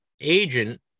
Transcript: agent